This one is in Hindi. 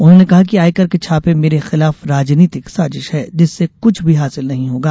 उन्होंने कहा कि आयकर के छापे मेरे खिलाफ राजनीतिक साजिश है जिससे कुछ भी हासिल नहीं होगा